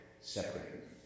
Separate